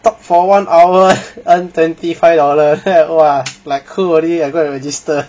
talk for one hour earn twenty five dollars !wah! like cool already I go and register